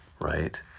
right